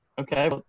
Okay